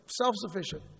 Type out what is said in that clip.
self-sufficient